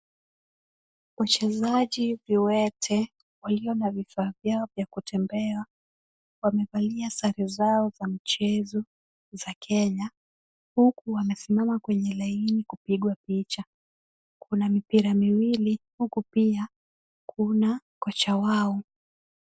Wachezaji viwete walio na vifaa vyao vya kutembea wamevalia sare zao za mchezo za Kenya, huku wamesimama kwenye laini kupigwa picha. Kuna mipira miwili huku pia kuna kocha wao.